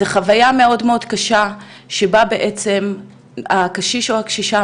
זאת חוויה מאוד קשה שבה בעצם הקשיש או הקשישה,